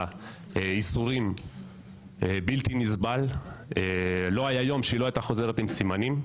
לתא ייסורים בלתי נסבל ולא היה יום שהיא לא הייתה חוזרת עם סימנים.